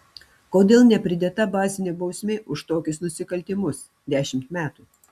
kodėl nepridėta bazinė bausmė už tokius nusikaltimus dešimt metų